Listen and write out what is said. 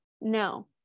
no